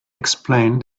explained